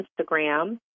Instagram